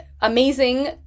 amazing